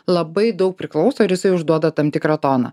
labai daug priklauso ir jisai užduoda tam tikrą toną